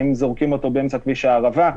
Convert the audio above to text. האם זורקים אותו באמצע כביש הערבה?